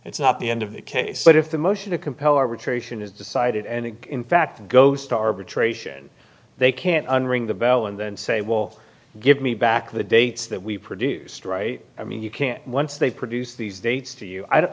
it's not the end of the case but if the motion to compel arbitration is decided and it in fact goes to arbitration they can't unring the bell and then say will give me back the dates that we produced right i mean you can't once they produce these dates to you i